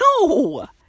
No